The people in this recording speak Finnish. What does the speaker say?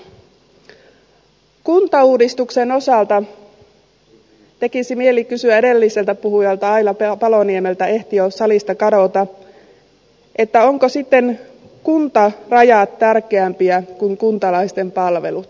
kuntauudistuksen osalta tekisi mieli kysyä edelliseltä puhujalta aila paloniemeltä ehti jo salista kadota ovatko sitten kuntarajat tärkeämpiä kuin kuntalaisten palvelut